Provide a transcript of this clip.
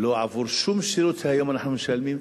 לא עבור שום שירות שהיום אנחנו משלמים.